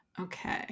Okay